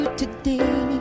today